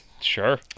Sure